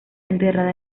enterrada